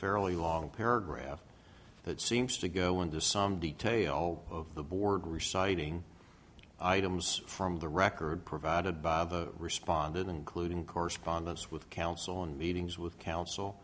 fairly long paragraph that seems to go into some detail of the board reciting items from the record provided by the respondent including correspondence with counsel and meetings with coun